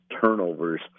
turnovers